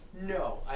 No